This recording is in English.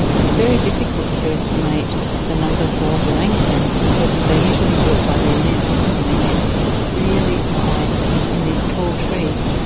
it's very difficult to estimate the numbers so of orangutans because they usually do it by their nests and they nest really high in these tall trees.